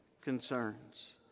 concerns